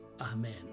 amen